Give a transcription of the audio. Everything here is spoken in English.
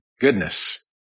goodness